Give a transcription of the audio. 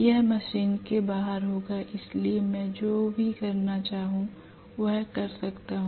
यह मशीन के बाहर होगा इसलिए मैं जो भी करना चाहूं वह कर सकता हूं